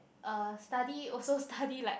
uh study also study like